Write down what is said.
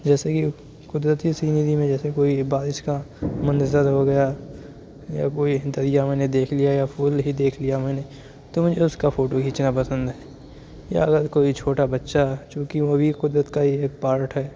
جیسے کہ قدرتی سینری میں جیسے کوئی بارش کا منظر ہو گیا یا کوئی دریا میں نے دیکھ لیا یا پھول ہی دیکھ لیا میں نے تو مجھے اُس کا فوٹو کھینچنا پسند ہے یا اگر کوئی چھوٹا بچہ چوں کہ وہ بھی قدرت کا ہی ایک پارٹ ہے